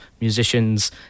musicians